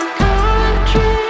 country